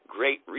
Great